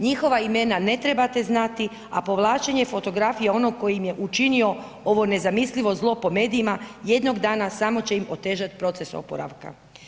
Njihova imena ne trebate znati a povlačenje fotografija onog koji im je učinio ovo nezamislivo zlo po medijima jednog dana samo će im otežati proces oporavka.